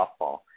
softball